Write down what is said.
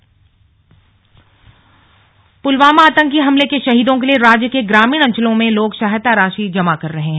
slug शहीद मदद पुलवामा आतंकी हमले के शहीदों के लिए राज्य के ग्रामीण अंचलों में लोग सहायता राशि जमा कर रहे हैं